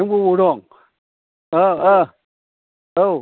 नों बबाव दं अ अ औ